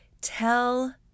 tell